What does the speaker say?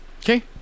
Okay